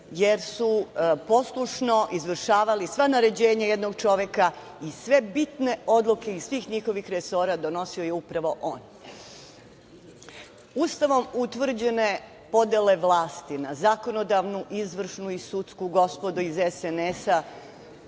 jer su poslušno izvršavali sva naređenja jednog čoveka i sve bitne odluke iz svih njihovih resora, donosio je upravo on. Ustavom utvrđene podele vlasti na zakonodavnu, izvršnu i sudsku, gospodo iz SNS,